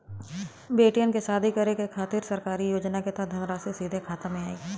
बेटियन के शादी करे के खातिर सरकारी योजना के तहत धनराशि सीधे खाता मे आई?